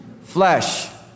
Flesh